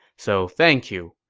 so thank you.